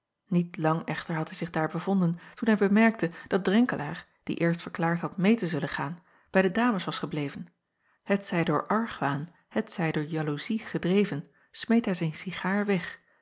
iet lang echter had hij zich daar bevonden toen hij bemerkte dat renkelaer die eerst verklaard had meê te zullen gaan bij de dames was gebleven t zij door argwaan t zij door jaloezie gedreven smeet hij zijn cigaar weg